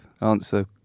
Answer